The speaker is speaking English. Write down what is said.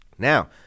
Now